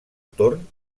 torn